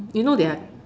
you know their